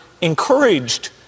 encouraged